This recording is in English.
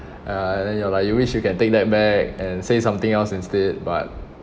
ya and then you are like you wish you can take that back and say something else instead but